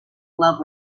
love